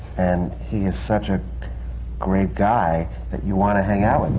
and he is such a great guy that you want to hang out with him.